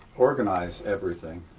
organize everything